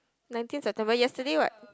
nineteen September yesterday what